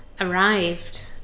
arrived